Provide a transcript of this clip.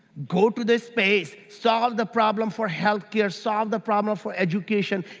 go to the space, solve the problem for healthcare, solve the problem for education,